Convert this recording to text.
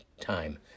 time